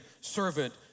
servant